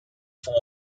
form